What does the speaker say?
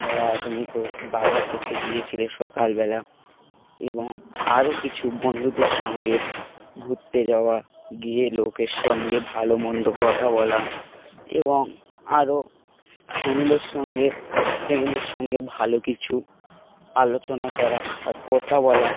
বা তুমি বাজার করতে গিয়েছিলে সকালবেলা এবং আরও কিছু বন্ধুদের সঙ্গে ঘুরতে যাওয়া গিয়ে লোকের সঙ্গে ভালো মন্দ কথা বলা এবং আরও ফ্যামিলির সঙ্গে ফ্যামিলির সঙ্গে ভালো কিছু আলোচনা করা বা কথা বলা